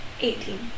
Eighteen